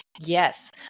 Yes